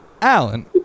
Alan